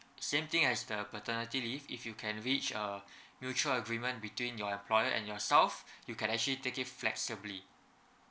same thing as the paternity leave if you can reach a mutual agreement between your employer and yourself you can actually take it flexibly